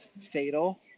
fatal